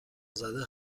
زده